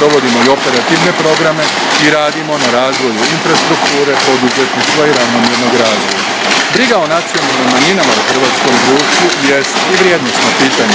provodimo i Operativne programe i radimo na razvoju infrastrukture, poduzetništva i ravnomjernom razvoju. Briga o nacionalnim manjinama u hrvatskom društvu jest i vrijednosno pitanje,